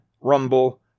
Rumble